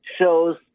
shows